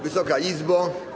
Wysoka Izbo!